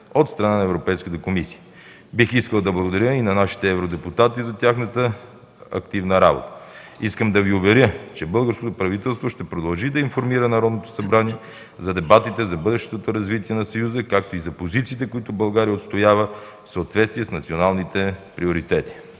от страна на Европейската комисия. Бих искал да благодаря и на нашите евродепутати за тяхната активна работа. Искам да Ви уверя, че българското правителство ще продължи да информира Народното събрание за дебатите за бъдещото развитие на Съюза, както и за позициите, които България отстоява в съответствие с националните приоритети.